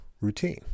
routine